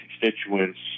constituents